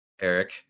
Eric